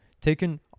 taken